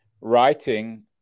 writing